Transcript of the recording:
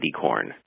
corn